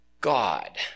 God